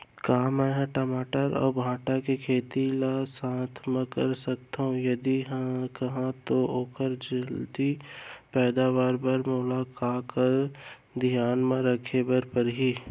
का मै ह टमाटर अऊ भांटा के खेती ला साथ मा कर सकथो, यदि कहाँ तो ओखर जलदी पैदावार बर मोला का का धियान मा रखे बर परही?